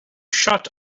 shut